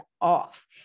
off